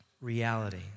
reality